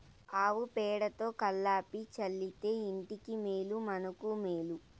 ఆవు పేడతో కళ్లాపి చల్లితే ఇంటికి మేలు మనకు మేలు